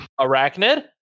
Arachnid